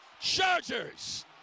Chargers